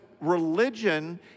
religion